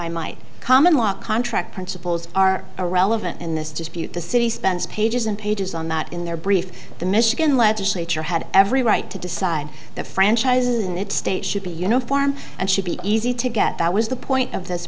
i might common law contract principles are irrelevant in this dispute the city spends pages and pages on that in their brief the michigan legislature had every right to decide the franchise in its state should be uniform and should be easy to get that was the point of this